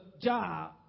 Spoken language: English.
job